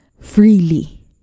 freely